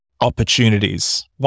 opportunities